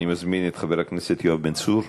אני מזמין את חבר הכנסת יואב בן צור.